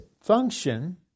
function